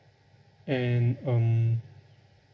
and um